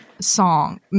song